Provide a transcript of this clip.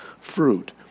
fruit